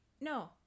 no